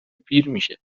پیرمیشه